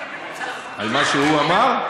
על מה שהוא אמר?